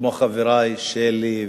כמו חברי שלי יחימוביץ,